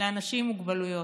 לאנשים עם מוגבלויות.